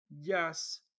yes